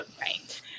Right